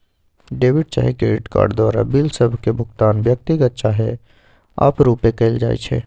debit चाहे credit card द्वारा bill सभ के भुगतान व्यक्तिगत चाहे आपरुपे कएल जाइ छइ